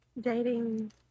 Dating